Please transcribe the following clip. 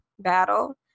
battle